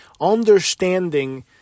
Understanding